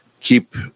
keep